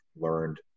learned